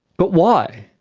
but why?